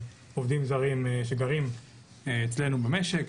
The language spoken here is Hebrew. עובדים זרים שגרים אצלנו במשק.